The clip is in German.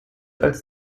als